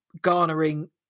garnering